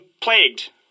plagued